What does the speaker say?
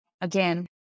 again